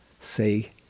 say